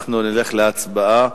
אנחנו נלך להצבעה.